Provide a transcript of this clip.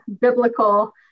biblical